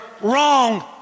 wrong